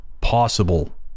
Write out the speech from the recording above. possible